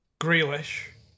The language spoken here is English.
Grealish